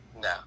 No